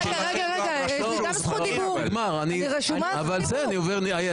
רגע, אני רשומה לזכות דיבור.